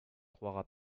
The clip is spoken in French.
croira